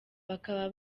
bakaba